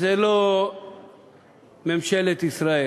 זה לא ממשלת ישראל